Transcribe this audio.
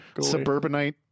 suburbanite